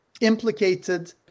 implicated